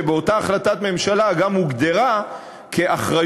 שבאותה החלטת ממשלה גם הוגדרה כאחריות-על